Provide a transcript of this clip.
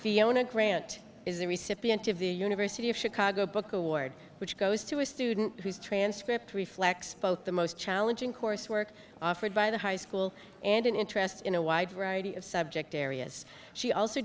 fiona grant is a recent university of chicago book award which goes to a student whose transcript reflects both the most challenging coursework offered by the high school and an interest in a wide variety of subject areas she also